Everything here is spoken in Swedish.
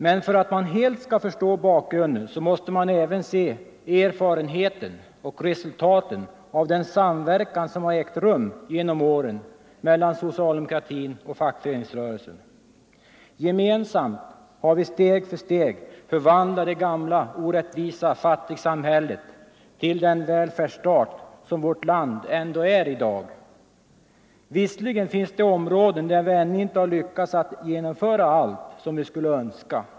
Men för att helt förstå bakgrunden måste man även se till erfarenheten och resultatet av den samverkan som genom åren Gemensamt har vi steg för steg förvandlat det gamla orättvisa fat tigsamhället till den välfärdsstat som vårt land är i dag. Visserligen finns det områden där vi ännu inte har lyckats att genomföra allt det som vi skulle önska.